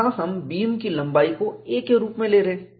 यहां हम बीम की लंबाई को a के रूप में ले रहे हैं